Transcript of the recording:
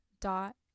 dot